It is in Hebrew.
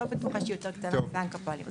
לא בטוחה שהיא יותר קטנה מבנק הפועלים.